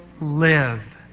live